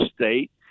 State